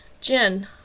Jen